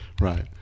Right